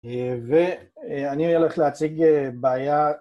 ואני הולך להציג בעיה...